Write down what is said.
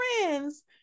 friends